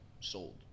sold